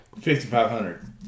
5500